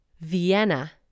Vienna